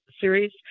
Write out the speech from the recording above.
series